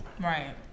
Right